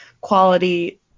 quality